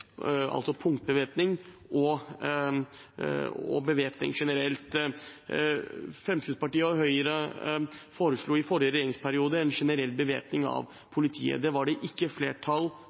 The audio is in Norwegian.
altså punktbevæpning, og bevæpning generelt. Fremskrittspartiet og Høyre foreslo i forrige regjeringsperiode en generell bevæpning av politiet. Det var det ikke flertall